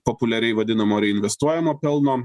populiariai vadinamo reinvestuojamo pelno